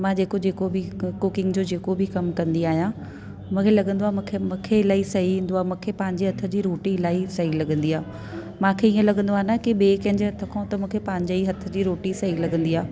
मां जेको जेको बि कुकिंग जो जेको बि कमु कंदी आहियां मूंखे लॻंदो आहे मूंखे मूंखे इलाही सही ईंदो आहे मूंखे पंहिंजे हथ जी रोटी इला हीसही लॻंदी आ मूंखे हीअं लॻंदो आहे न की ॿिए कंहिंजे हथ खां त मूंखे पंहिंजे ई हथ जी रोटी सही लॻंदी आहे